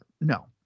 No